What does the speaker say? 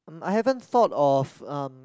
I haven't thought of um